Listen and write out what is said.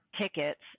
tickets